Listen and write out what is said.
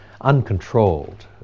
uncontrolled